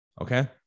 Okay